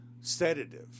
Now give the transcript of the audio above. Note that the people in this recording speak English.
sedative